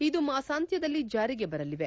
ಇದು ಮಾಸಾಂತ್ವದಲ್ಲಿ ಜಾರಿಗೆ ಬರಲಿದೆ